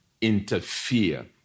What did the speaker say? interfere